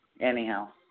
Anyhow